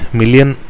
million